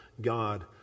God